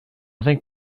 think